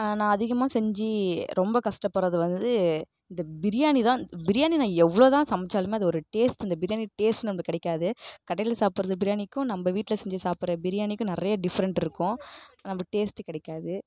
நான் அதிகமாக செஞ்சு ரொம்ப கஷ்டப்பட்றது வந்து இந்த பிரியாணி தான் பிரியாணி நான் எவ்வளோ தான் சமைச்சாலுமே அது ஒரு டேஸ்ட் இந்த பிரியாணி டேஸ்ட் நம்பளுக்கு கிடைக்காது கடையில் சாப்புடறது பிரியாணிக்கும் நம்ப வீட்டில் செஞ்சு சாப்புடற பிரியாணிக்கும் நிறைய டிஃப்ரெண்ட் இருக்கும் நம்ப டேஸ்ட்டு கிடைக்காது